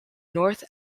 north